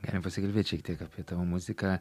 galim pasikalbėt šiek tiek apie tavo muziką